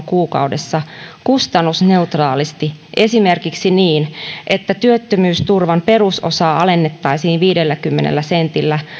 kuukaudessa kustannusneutraalisti esimerkiksi niin että työttömyysturvan perusosaa alennettaisiin viidelläkymmenellä sentillä